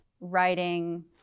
writing